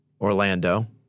Orlando